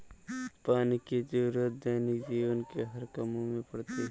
पानी की जरुरत दैनिक जीवन के हर काम में पड़ती है